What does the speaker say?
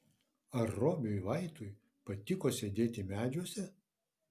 ar robiui vaitui patiko sėdėti medžiuose